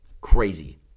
Crazy